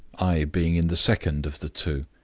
i being in the second of the two.